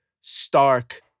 stark